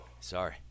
Sorry